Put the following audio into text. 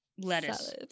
lettuce